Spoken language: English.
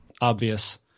obvious